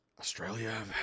Australia